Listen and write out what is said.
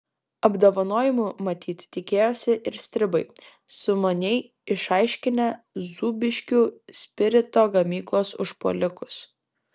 apdovanojimų matyt tikėjosi ir stribai sumaniai išaiškinę zūbiškių spirito gamyklos užpuolikus